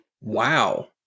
wow